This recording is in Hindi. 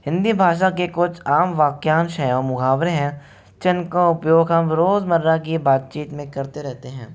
हिंदी भाषा के कुछ आम वाक्यांश हैं मुहावरे हैं जिनका उपयोग हम रोज़मर्रा की बातचीत में करते रहते हैं